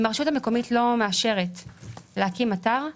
הרשות המקומית לא מאשרת להקים אתר,